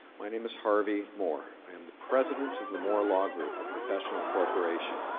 my name is harvey moore. i am the president of the moore law group, a professional corporation.